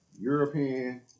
European